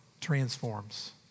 transforms